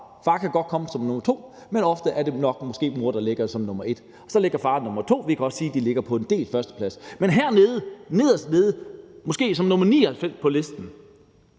Far kan godt komme som nr. 2, men ofte er det nok mor, der ligger som nr. 1, og så ligger far som nr. 2. Vi kan også sige, at de ligger på en delt førsteplads. Men hernede, nederst nede, måske som nr. 99 på listen,